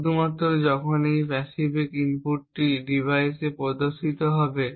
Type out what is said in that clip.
শুধুমাত্র যখন এই প্যাসিফিক ইনপুটটি ডিভাইসে প্রদর্শিত হবে